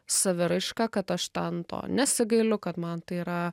saviraiška kad aš ten to nesigailiu kad man tai yra